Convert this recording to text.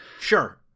Sure